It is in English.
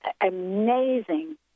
amazing